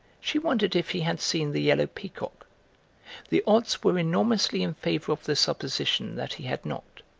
she wondered if he had seen the yellow peacock the odds were enormously in favour of the supposition that he had not.